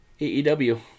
AEW